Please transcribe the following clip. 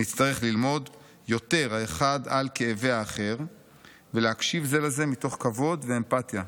נצטרך ללמוד יותר האחד על כאבי האחר ולהקשיב זה לזה מתוך כבוד ואמפתיה.